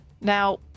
Now